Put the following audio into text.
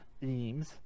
themes